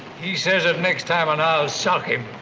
he says it next time and i'll sock him!